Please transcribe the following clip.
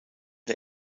der